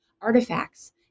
artifacts